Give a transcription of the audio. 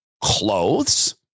clothes